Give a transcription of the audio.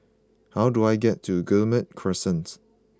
how do I get to Guillemard Crescent